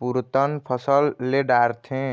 पुरतन फसल ले डारथे